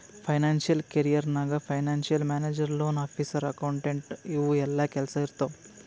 financial career ನಾಗ್ financial manager, loan officer, accountant ಇವು ಎಲ್ಲಾ ಕೆಲ್ಸಾ ಇರ್ತಾವ್